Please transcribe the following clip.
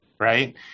right